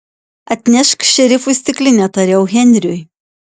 atnešk šerifui stiklinę tariau henriui